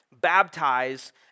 baptize